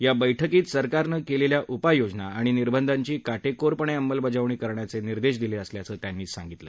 या बैठकीत सरकारन कलिखा उपाययोजना आणि निर्बंधांची काटक्विरपण अंमलबजावणी करण्याचसिदेश दिलविसल्याचं त्यांनी सांगितलं